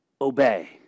obey